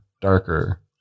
darker